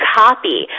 copy